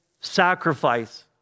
sacrifice